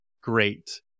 great